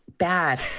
Bad